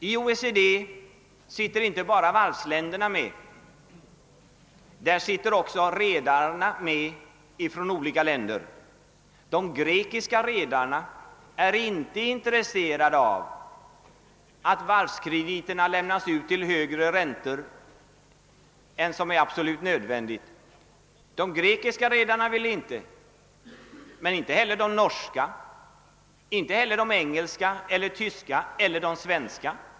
I OECD deltar inte bara varvsländerna utan också redare från olika länder. De grekiska redarna är inte intresserade av att varvskrediterna lämnas till högre ränta än vad som är absolut nödvändigt. Detsamma gäller de norska, engelska, tyska och svenska redarna.